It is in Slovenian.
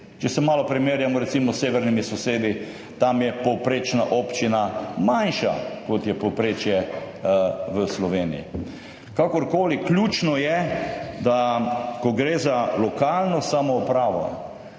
Če se malo primerjamo, recimo, s severnimi sosedi, tam je povprečna občina manjša kot v Sloveniji. Kakorkoli, ključno je, ko gre za lokalno samoupravo,